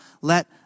let